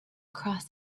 across